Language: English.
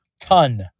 ton